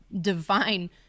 divine